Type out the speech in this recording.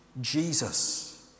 Jesus